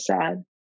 sad